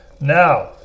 now